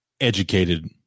educated